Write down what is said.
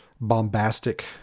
bombastic